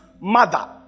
mother